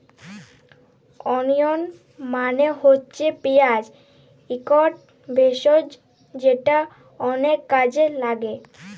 ওলিয়ল মালে হছে পিয়াঁজ ইকট ভেষজ যেট অলেক কাজে ল্যাগে